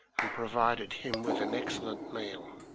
and provided him with an excellent meal.